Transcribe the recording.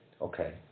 Okay